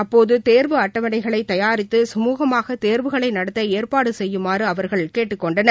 அப்போது தேர்வு அட்டவனைகளை தயாரித்து சுமூகமாக தேர்வுகளை நடத்த ஏற்பாடு செய்யுமாறு அவர்கள் கேட்டுக்கொண்டனர்